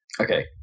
Okay